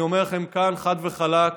אני אומר לכם כאן חד וחלק: